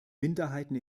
minderheiten